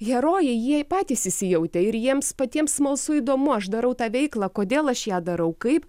herojai jie patys įsijautė ir jiems patiems smalsu įdomu aš darau tą veiklą kodėl aš ją darau kaip